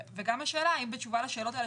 האם בתשובה לשאלות האלה,